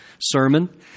sermon